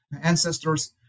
ancestors